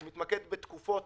הוא בתקופות